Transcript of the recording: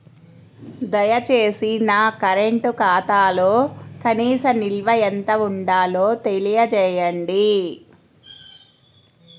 దయచేసి నా కరెంటు ఖాతాలో కనీస నిల్వ ఎంత ఉండాలో తెలియజేయండి